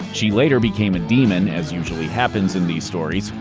she later became a demon, as usually happens in these stories.